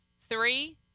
Three